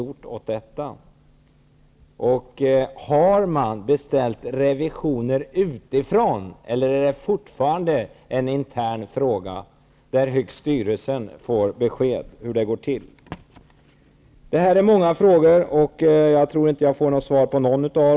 Är revisioner beställda utifrån, eller är frågan fortfarande intern, så att på sin höjd styrelsen får besked om hur det går till? Det här är många frågor, och jag tror inte att jag får svar på någon av dem.